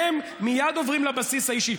הם מייד עוברים לבסיס האישי.